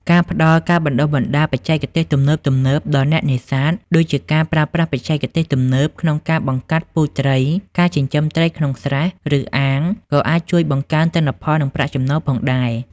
ការផ្តល់ការបណ្តុះបណ្តាលបច្ចេកទេសទំនើបៗដល់អ្នកនេសាទ ដូចជាការប្រើប្រាស់បច្ចេកវិទ្យាទំនើបក្នុងការបង្កាត់ពូជត្រី ការចិញ្ចឹមត្រីក្នុងស្រះ ឬអាង ក៏អាចជួយបង្កើនទិន្នផល និងប្រាក់ចំណូលផងដែរ។